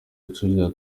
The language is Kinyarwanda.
ikurikira